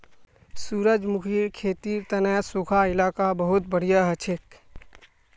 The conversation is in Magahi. सूरजमुखीर खेतीर तने सुखा इलाका बहुत बढ़िया हछेक